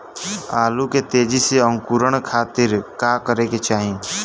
आलू के तेजी से अंकूरण खातीर का करे के चाही?